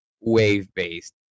wave-based